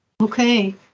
Okay